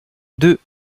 deux